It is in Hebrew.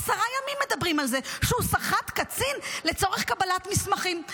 עשרה ימים מדברים על זה שהוא סחט קצין לצורך קבלת מסמכים.